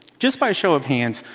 just by show of hands,